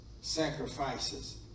sacrifices